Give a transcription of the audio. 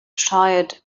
tired